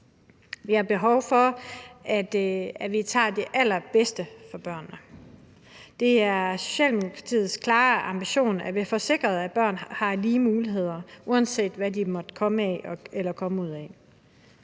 Vi har behov for, at vi gør det allerbedste for børnene. Det er Socialdemokratiets klare ambition, at vi får sikret, at børn har lige muligheder, uanset hvad de måtte komme af. Det tager